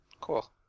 Cool